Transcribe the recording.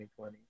2020